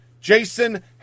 Jason